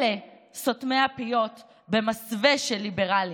אלה סותמי הפיות במסווה של ליברלים.